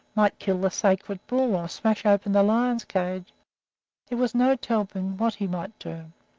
might kill the sacred bull, or smash open the lions' cages there was no telling what he might do.